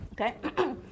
okay